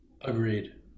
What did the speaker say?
Agreed